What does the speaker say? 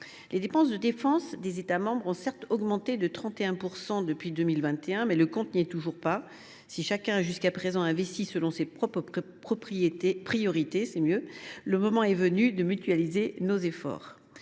Les dépenses de défense des États membres ont, certes, augmenté de 31 % depuis 2021, mais le compte n’y est toujours pas. Si chacun a jusqu’à présent investi selon ses propres priorités, le moment est venu de mutualiser nos efforts.